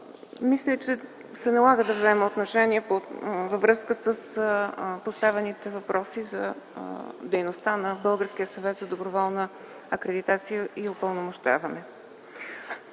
Мисля, че се налага да взема отношение във връзка с поставените въпроси за дейността на Българския съвет за доброволна акредитация и упълномощаване.